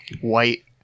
white